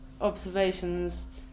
observations